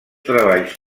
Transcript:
treballs